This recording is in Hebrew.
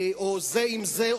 או זה עם זה,